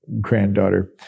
granddaughter